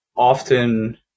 often